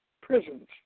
prisons